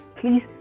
please